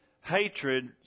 hatred